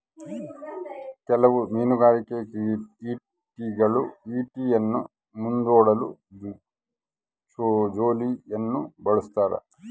ಕೆಲವು ಮೀನುಗಾರಿಕೆ ಈಟಿಗಳು ಈಟಿಯನ್ನು ಮುಂದೂಡಲು ಜೋಲಿಯನ್ನು ಬಳಸ್ತಾರ